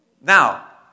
Now